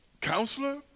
Counselor